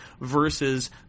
versus